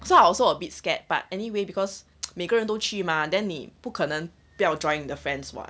so I also a bit scared but anyway because 每个人都去 mah then 你不可能不要 joined the friends what